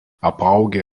apaugę